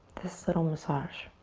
this little massage.